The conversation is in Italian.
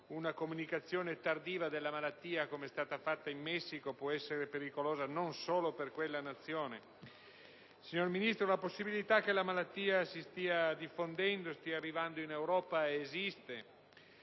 una comunicazione tardiva della malattia, come quella verificatasi in Messico, può essere pericolosa non solo per quella Nazione. Signor Ministro, la possibilità che la malattia si stia diffondendo e stia arrivando in Europa esiste.